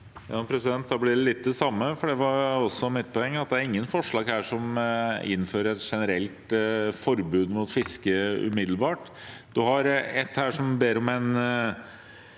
Det blir litt av det samme, for det var også mitt poeng at det ikke er noen forslag her som innfører et generelt forbud mot fiske umiddelbart.